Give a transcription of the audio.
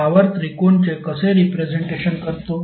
आणि आपण पॉवर त्रिकोणचे कसे रिप्रेझेंटेशन करतो